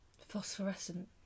Phosphorescent